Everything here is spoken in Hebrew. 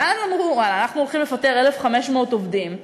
ואז אמרו: אנחנו הולכים לפטר 1,500 עובדים,